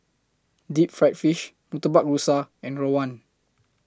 Deep Fried Fish Murtabak Rusa and Rawon